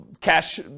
cash